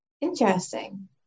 Interesting